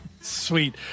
Sweet